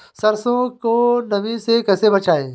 सरसो को नमी से कैसे बचाएं?